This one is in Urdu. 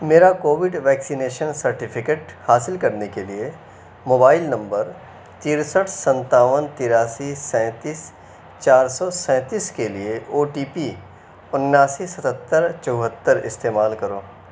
میرا کووڈ ویکسینیشن سرٹیفکیٹ حاصل کرنے کے لیے موبائل نمبر ترسٹھ سنتاون تراسی سینتیس چار سو سینتیس کے لیے او ٹی پی انیاسی ستتر چوہتراستعمال کرو